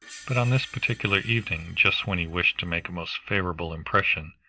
but on this particular evening, just when he wished to make a most favorable impression,